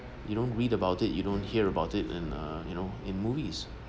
you don't read about it you don't hear about it and uh you know in movies